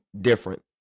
different